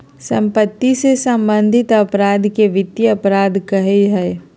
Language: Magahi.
सम्पत्ति से सम्बन्धित अपराध के वित्तीय अपराध कहइ हइ